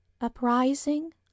uprising